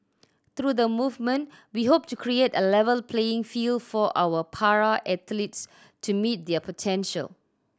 through the movement we hope to create a level playing field for our para athletes to meet their potential